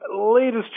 latest